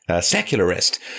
secularist